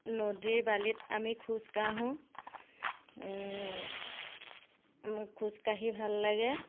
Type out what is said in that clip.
নদীৰ বালিত আমি খোজকাঢ়ো খোজকাঢ়ি ভাল লাগে